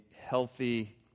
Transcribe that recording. healthy